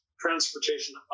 transportation